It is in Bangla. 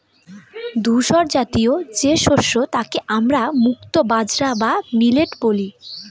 ধূসরজাতীয় যে শস্য তাকে আমরা মুক্তো বাজরা বা মিলেট বলি